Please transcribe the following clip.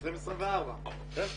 2024. כן.